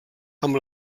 amb